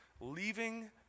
leaving